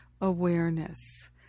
awareness